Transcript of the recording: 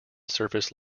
surface